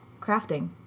crafting